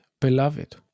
Beloved